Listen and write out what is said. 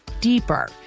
deeper